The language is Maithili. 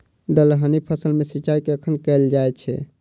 दलहनी फसल मे सिंचाई कखन कैल जाय छै?